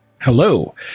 hello